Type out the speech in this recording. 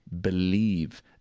believe